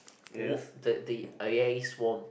wo~ the the A A swum